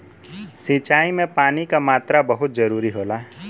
सिंचाई में पानी क मात्रा बहुत जरूरी होला